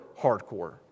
hardcore